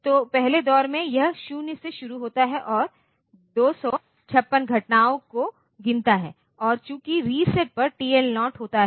तो पहले दौर में यह 0 से शुरू होता है और 256 घटनाओं को गिनता है और चूंकि रीसेट पर TL 0 होता है